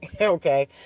Okay